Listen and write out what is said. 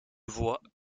voit